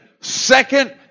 second